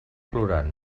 plorant